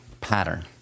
pattern